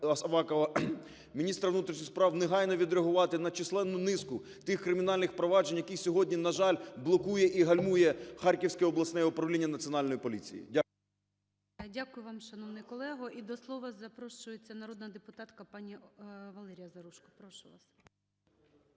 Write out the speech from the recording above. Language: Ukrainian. міністра внутрішніх справ негайно відреагувати на численну низку тих кримінальних проваджень, які сьогодні, на жаль, блокує і гальмує Харківське обласне управління Національної поліції. Дякую. ГОЛОВУЮЧИЙ. Дякую вам, шановний колего. І до слова запрошується народна депутатка пані Валерія Заружко, прошу вас.